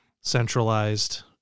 centralized